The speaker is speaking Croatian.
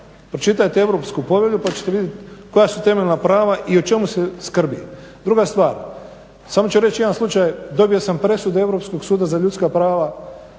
Pročitajte Europsku povelju pa ćete vidjeti koja su temeljna prava i o čemu se skrbi. Druga stvar, samo ću reći jedan slučaj dobio sam presudu Europskog suda za ljudska prava